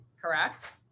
correct